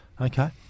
Okay